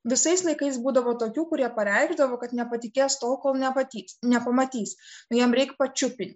visais laikais būdavo tokių kurie pareikšdavo kad nepatikės tol kol nepatys nepamatys jiem reik pačiupint